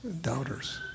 doubters